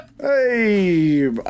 hey